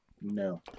No